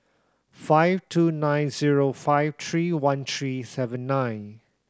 five two nine zero five three one three seven nine